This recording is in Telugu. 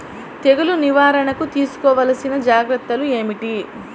తెగులు నివారణకు తీసుకోవలసిన జాగ్రత్తలు ఏమిటీ?